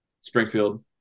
Springfield